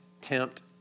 tempt